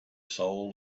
soul